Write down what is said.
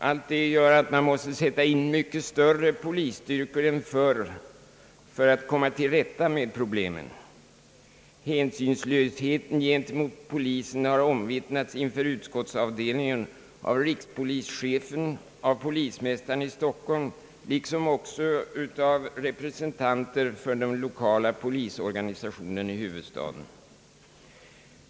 Allt detta gör att man måste sätta in mycket större polisstyrkor än tidigare för att komma till rätta med problemen. Hänsynslösheten gentemot polisen har omvittnats inför utskottsavdelningen av rikspolischefen och polismästaren i Stockholm liksom även av representanter för den lokala polisorganisationen i huvudstaden.